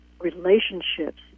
relationships